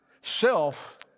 self